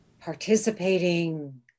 participating